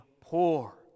poor